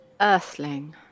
Earthling